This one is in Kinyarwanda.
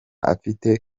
afite